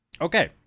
okay